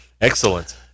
Excellent